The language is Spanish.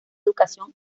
educación